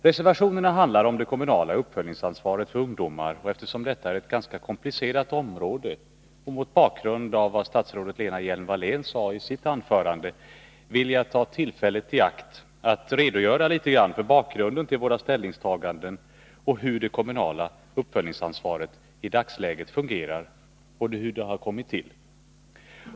Reservationerna handlar om det kommunala uppföljningsansvaret för ungdomar, och eftersom detta är ett ganska komplicerat område och mot bakgrund av vad statsrådet Lena Hjelm-Wallén sade i sitt anförande vill jag ta tillfället i akt att redogöra litet grand för bakgrunden till våra ställningstaganden och hur det kommunala uppföljningsansvaret i dagsläget fungerar och hur det kommit till.